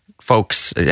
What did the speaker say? folks